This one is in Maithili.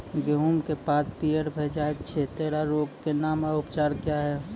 गेहूँमक पात पीअर भअ जायत छै, तेकरा रोगऽक नाम आ उपचार क्या है?